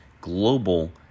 Global